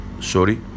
sorry